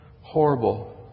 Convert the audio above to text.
horrible